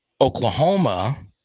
Oklahoma